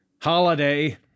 holiday